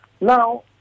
Now